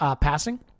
passing